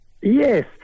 Yes